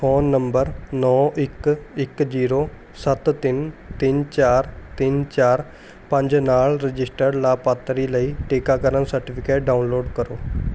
phone number ਨੌ ਇੱਕ ਇੱਕ ਜ਼ੀਰੋ ਸੱਤ ਤਿੰਨ ਤਿੰਨ ਚਾਰ ਤਿੰਨ ਚਾਰ ਪੰਜ ਨਾਲ ਰਜਿਸਟਰਡ ਲਾਭਪਾਤਰੀ ਲਈ ਟੀਕਾਕਰਨ ਸਰਟੀਫਿਕੇਟ ਡਾਊਨਲੋਡ ਕਰੋ